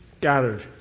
gathered